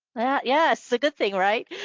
yeah. yeah, it's a good thing, right?